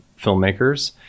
filmmakers